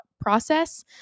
process